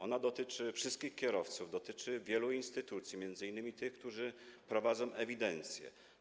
Ona dotyczy wszystkich kierowców, dotyczy wielu instytucji, m.in. tych, które prowadzą ewidencję.